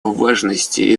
важности